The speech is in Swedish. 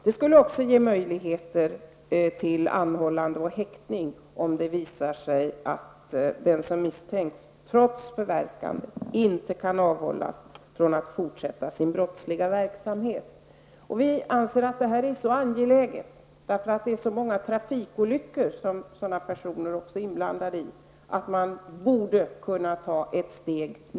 Det skulle också ge möjligheter till anhållande och häktning om det visar sig att den som misstänks trots förverkande inte kan avhållas från att fortsätta sin brottsliga verksamhet. Vi anser att detta är så angeläget, eftersom dessa personer är inblandade i så många trafikolyckor, att man borde kunna ta ett steg nu.